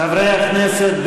חברי הכנסת,